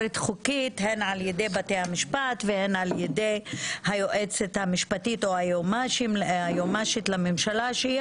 הן על ידי בתי המשפט והן על ידי היועצת המשפטית לממשלה שהיא